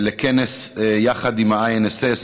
כנס יחד עם ה-INSS,